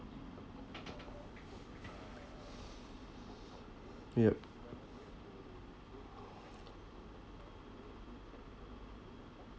yup